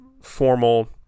formal